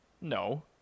No